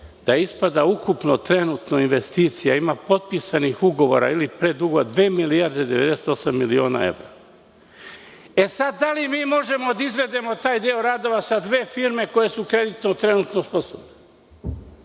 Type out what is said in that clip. ispada da ukupno trenutno investicija ima, potpisanih ugovora ili predugovora, dve milijarde i 98 miliona evra. Da li mi možemo da izvedemo taj deo radova sa dve firme koje su trenutno kreditno sposobne?